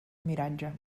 miratge